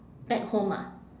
back home ah